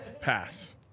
Pass